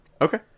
okay